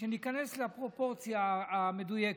שניכנס לפרופורציה המדויקת.